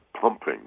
pumping